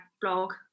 blog